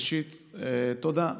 ראשית, תודה.